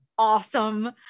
awesome